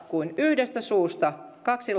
kuin yhdestä suusta kaksi